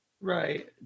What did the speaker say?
right